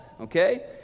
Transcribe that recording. Okay